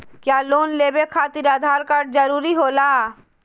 क्या लोन लेवे खातिर आधार कार्ड जरूरी होला?